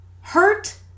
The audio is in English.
hurt